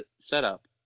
setup